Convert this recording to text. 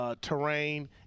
terrain